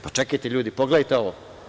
Pa čekajte, ljudi, pogledajte ovo.